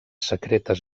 secretes